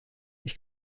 ich